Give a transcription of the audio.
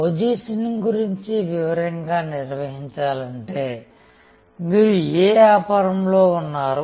positioning గురించి వివరంగా నిర్వచించాలంటే మీరు ఏ వ్యాపారంలో ఉన్నారు